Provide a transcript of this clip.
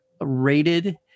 rated